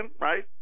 right